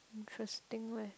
interesting leh